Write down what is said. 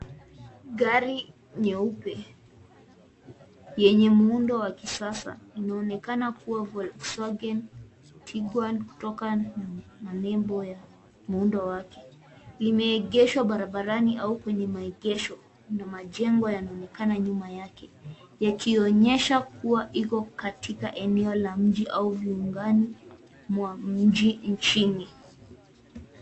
Gari nyeupe yenye muundo wa kisasa inaonekana kuwa Volkwagen Tiguan kutokana na nembo ya muundo wake. LImeegeshwa barabarani au kwenye maegesho na majengo yanaonekana nyuma yake yakionyesha kuwa iko katika eneo la mji au viungani mwa mji nchini.